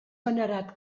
venerat